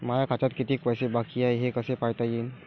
माया खात्यात कितीक पैसे बाकी हाय हे कस पायता येईन?